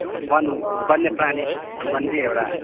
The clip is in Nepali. अब वन वन्य प्राणी सम्बन्धी एउटा